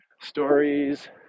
stories